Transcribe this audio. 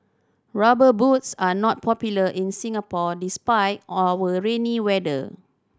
Rubber Boots are not popular in Singapore despite our rainy weather